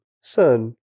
Son